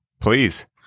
please